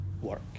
work